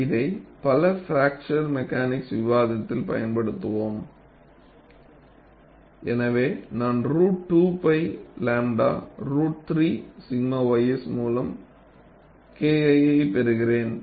இதை பல fracture mechanic விவாதத்தில் பயன்படுத்துவோம் எனவே நான் ரூட் 2 π 𝝺 ரூட் 3 𝛔 ys மூலம் Kl ஐப் பெறுகிறேன்